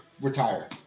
Retire